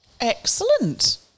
Excellent